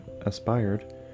aspired